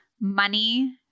money